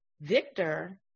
Victor